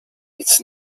its